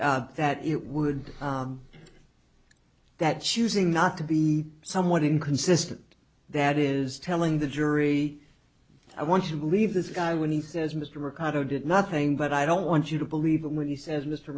say that it would that choosing not to be somewhat inconsistent that is telling the jury i want to believe this guy when he says mr ricardo did nothing but i don't want you to believe him when he says mr